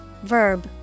Verb